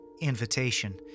invitation